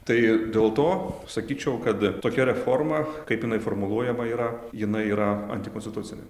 tai dėl to sakyčiau kad tokia reforma kaip jinai formuluojama yra jinai yra antikonstitucinė